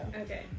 Okay